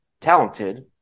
talented